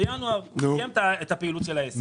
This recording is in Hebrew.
בינואר הוא סיים את הפעילות של העסק.